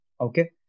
Okay